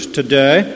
today